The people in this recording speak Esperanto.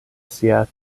sia